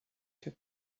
took